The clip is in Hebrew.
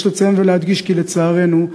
יש לציין ולהדגיש כי לצערנו,